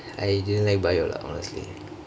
I didn't like bio lah honestly